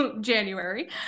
January